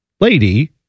lady